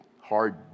hard